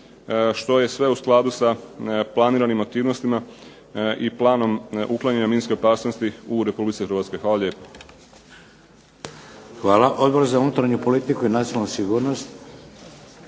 što je sve u skladu sa planiranim aktivnostima i planom uklanjanja minske opasnosti u Republici Hrvatskoj. Hvala lijepo. **Šeks, Vladimir (HDZ)** Hvala. Odbor za unutarnju politiku i nacionalnu sigurnost.